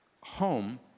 home